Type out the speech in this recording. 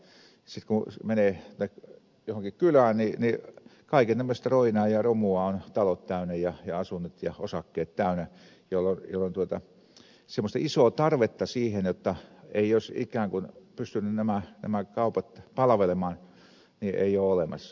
sitten kun menee johonkin kylään niin kaiken näköistä roinaa ja romua on talot täynnä ja asunnot ja osakkeet täynnä jolloin semmoista isoa tarvetta ja huolta jotta eivät olisi ikään kuin pystyneet nämä kaupat palvelemaan ei ole olemassa